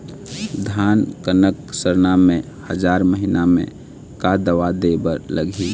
धान कनक सरना मे हजार महीना मे का दवा दे बर लगही?